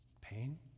Pain